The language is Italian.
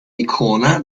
icona